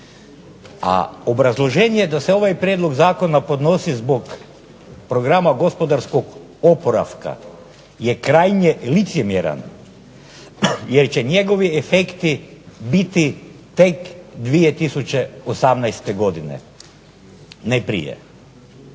A obrazloženje je da se ovaj prijedlog zakona podnosi zbog programa gospodarskog oporavka je krajnje licemjeran jer će njegovi efekti biti tek 2018. godine, ne prije.